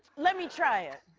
let me try it